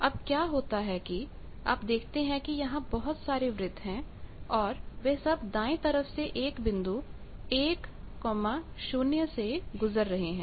अब क्या होता है कि आप देखते हैं कि यहां बहुत सारे वृत्त हैं और वह सब दाएं तरफ से एक बिंदु 10 से गुजर रहे हैं